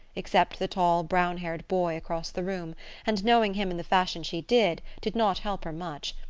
except the tall, brown-haired boy across the room and knowing him in the fashion she did, did not help her much,